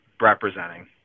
representing